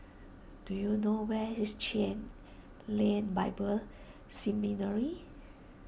do you know where is Chen Lien Bible Seminary